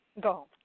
Go